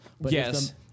Yes